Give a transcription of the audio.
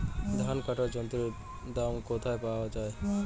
ধান কাটার যন্ত্রের দাম কোথায় পাওয়া যায়?